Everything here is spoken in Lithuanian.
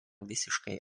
visiškai